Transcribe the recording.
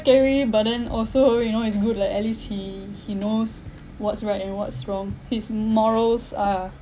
scary but then also you know is good lah at least he he knows what's right and what's wrong his morals are